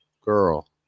girl